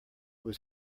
was